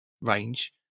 range